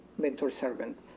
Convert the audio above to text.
mentor-servant